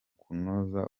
kunoza